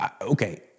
Okay